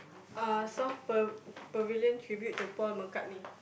uh south pav~ pavilion tribute to Paul-McCartney